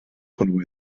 hwnnw